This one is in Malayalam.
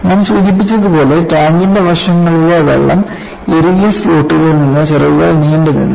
ഞാൻ സൂചിപ്പിച്ചതുപോലെ ടാങ്കിന്റെ വശങ്ങളിലെ വെള്ളം ഇറുകിയ സ്ലോട്ടുകളിൽ നിന്ന് ചിറകുകൾ നീണ്ടു നിന്നു